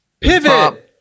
pivot